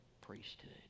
priesthood